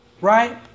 Right